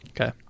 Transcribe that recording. Okay